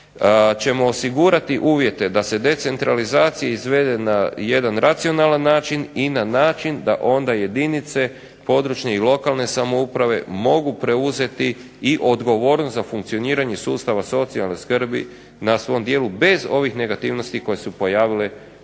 ćemo osigurati uvjete da se decentralizacija izvede na jedan racionalan način i na način da onda jedinice područne i lokalne samouprave mogu preuzeti i odgovornost za funkcioniranje sustava socijalne skrbi na svom dijelu bez ovih negativnosti koje su se pojavile u